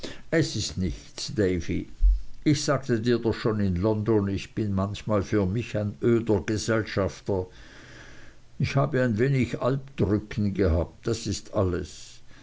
es ist nichts davy ich sagte dir doch schon in london ich bin manchmal für mich ein öder gesellschafter ich habe ein wenig alpdrücken gehabt das ist alles